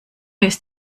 ist